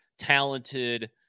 talented